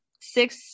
six